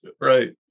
right